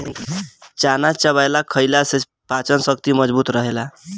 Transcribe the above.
चना चबेना खईला से पाचन शक्ति मजबूत रहेला